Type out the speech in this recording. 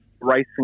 racing